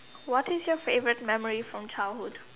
what is your favorite memory from childhood